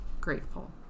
grateful